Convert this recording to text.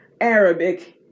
Arabic